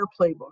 playbook